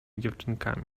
dziewczynkami